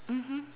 mmhmm